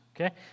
okay